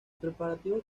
preparativos